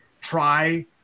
try